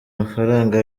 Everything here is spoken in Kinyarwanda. mafaranga